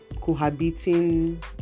cohabiting